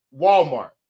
Walmart